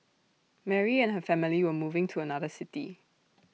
Mary and her family were moving to another city